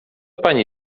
pani